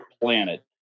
planet